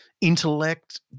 intellect